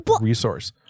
resource